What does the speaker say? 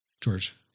george